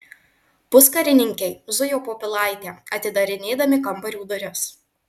puskarininkiai zujo po pilaitę atidarinėdami kambarių duris